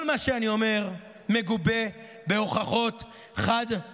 כל מה שאני אומר מגובה בהוכחות חד-משמעיות.